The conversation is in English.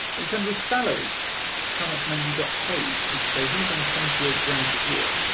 in terms of salary how much money you get paid we could say he's on twenty eight grand a year.